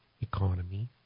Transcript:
economy